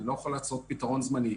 אני לא יכול לקבל פתרון זמני.